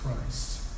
Christ